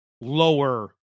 lower